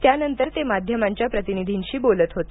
त्यानंतर ते माध्यमांच्या प्रतिनिधींशी बोलत होते